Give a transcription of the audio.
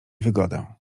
wygodę